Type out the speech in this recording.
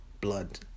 Blood